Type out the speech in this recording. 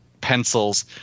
pencils